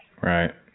Right